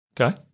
Okay